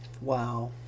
wow